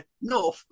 No